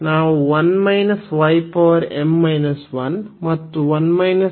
ಆದ್ದರಿಂದ ನಾವು ಮತ್ತು 1 -x y ಆಗಿದೆ